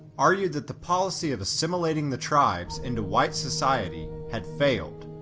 argued that the policy of assimilating the tribes into white society had failed.